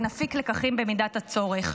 ונפיק לקחים במידת הצורך.